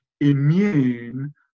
immune